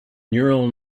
neural